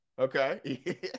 Okay